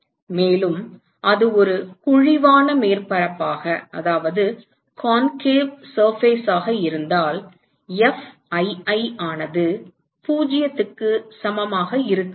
மேலும் அது ஒரு குழிவான மேற்பரப்பாக இருந்தால் Fii ஆனது 0 க்கு சமமாக இருக்காது